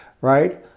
right